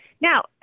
Now